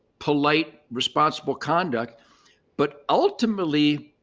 polite responsible conduct but ultimately,